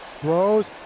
throws